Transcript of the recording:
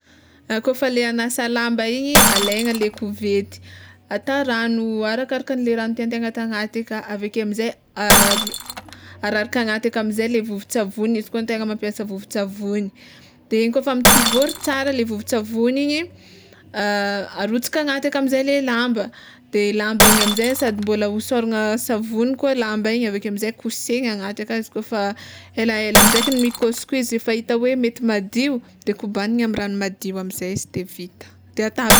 Ah kôfa le hanasa lamba igny, alaina le kovety, atao rano arakaraka le raha tiantegna atao agnaty aka, aveke amizay, araraka agnaty aka amizay le vovontsavony izy koa antegna mampiasa vovontsavony, de igny kôfa mitivôry tsara le vovontsavony igny de arotsaka agnaty aka amizay le lamba, de lamba igny amizay sady mbola hosôragna savony koa lamba igny aveke amizay kosehiny agnaty aka izy kôfa helahela amizay zay kny mikosoky izy efa hita hoe mety madio, de kobaniny amy rano madio amizay izy de vita de atapy.